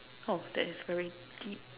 [ho] that's very deep